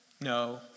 No